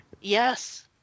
Yes